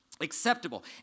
acceptable